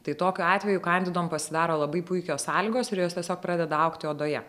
tai tokiu atveju kandidom pasidaro labai puikios sąlygos ir jos tiesiog pradeda augti odoje